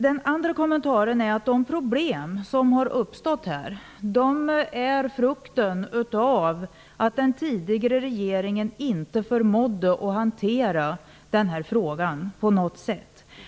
Den andra kommentaren är att de problem som har uppstått är frukten av att den tidigare regeringen inte på något sätt förmådde att hantera frågan.